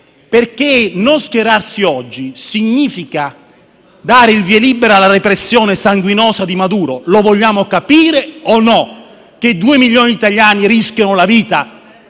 perché non schierarsi oggi significa dare il via libera alla repressione sanguinosa di Maduro. Vogliamo capire o meno che due milioni di italiani rischiano la vita